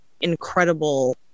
incredible